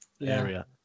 area